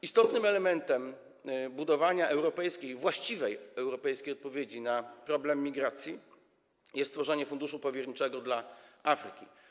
Istotnym elementem budowania właściwej europejskiej odpowiedzi na problem migracji jest stworzenie funduszu powierniczego dla Afryki.